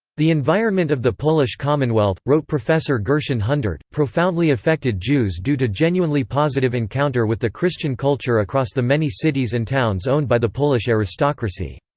the environment of the polish commonwealth wrote professor gershon hundert profoundly affected jews due to genuinely positive encounter with the christian culture across the many cities and towns owned by the polish aristocracy.